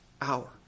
hour